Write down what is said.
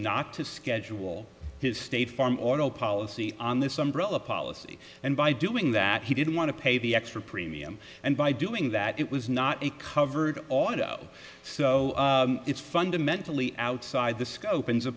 not to schedule his state farm auto policy on this umbrella policy and by doing that he didn't want to pay the extra premium and by doing that it was not a covered auto so it's fundamentally outside the scope and